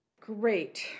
Great